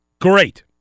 Great